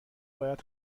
باید